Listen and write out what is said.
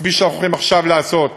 הכביש שאנחנו הולכים עכשיו לעשות מעפולה,